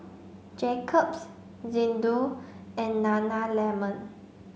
Jacob's Xndo and Nana lemon